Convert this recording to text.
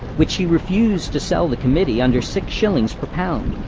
which he refused to sell the committee under six shillings per pound.